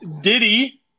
Diddy